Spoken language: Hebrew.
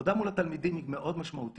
עבודה מול התלמידים היא מאוד משמעותית